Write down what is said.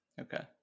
okay